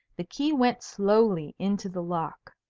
the key went slowly into the lock.